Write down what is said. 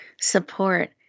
support